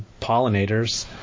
pollinators